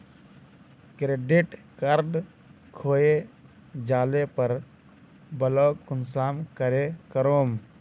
Credit card खोये जाले पर ब्लॉक कुंसम करे करूम?